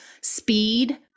speed